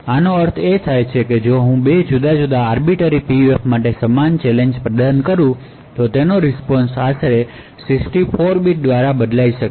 આનો અર્થ એ છે કે જો હું 2 જુદા જુદા આર્બિટર PUF માટે સમાન ચેલેંજ પ્રદાન કરું છું તો તેનો રીસ્પોન્શ આશરે 64 બિટ્સ દ્વારા બદલાઈ શકે છે